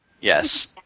Yes